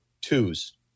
twos